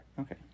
okay